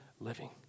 living